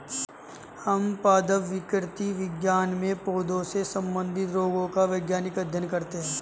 हम पादप विकृति विज्ञान में पौधों से संबंधित रोगों का वैज्ञानिक अध्ययन करते हैं